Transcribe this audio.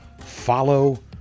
Follow